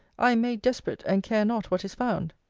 i am made desperate, and care not what is found.